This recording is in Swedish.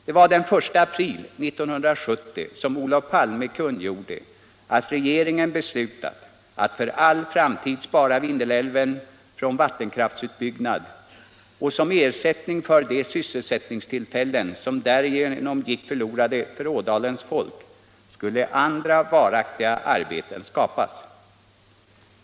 Det var den 1 april 1970 som Olof Palme kungjorde att regeringen beslutat att för all framtid spara Vindelälven från vattenkraftsutbyggnad, och som ersättning för de sysselsättningstillfällen som därigenom gick förlorade för ådalens folk skulle andra varaktiga arbeten skapas.